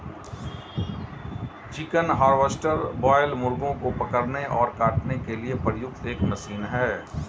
chicken harvester broiler मुर्गों को पकड़ने और काटने के लिए प्रयुक्त एक मशीन है